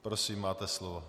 Prosím, máte slovo.